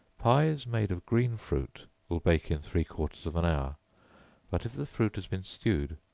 pies made of green fruit will bake in three-quarters of an hour but if the fruit has been stewed,